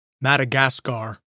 Madagascar